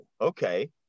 okay